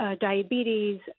diabetes